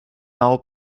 now